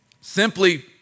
Simply